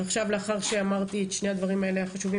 לאחר שאמרתי את שני הדברים החשובים